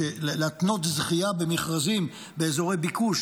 להתנות זכייה במכרזים באזורי ביקוש,